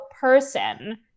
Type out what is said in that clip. person